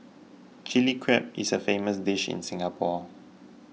Chilli Crab is a famous dish in Singapore